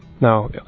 Now